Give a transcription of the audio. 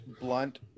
blunt